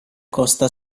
costa